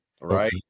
right